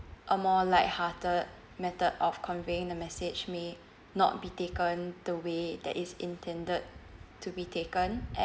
a more lighthearted method of conveying the message may not be taken the way that is intended to be taken and